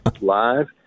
live